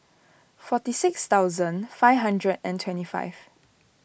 forty six thousand five hundred and twenty five